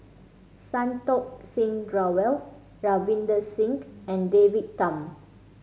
Santokh Singh Grewal Ravinder Singh and David Tham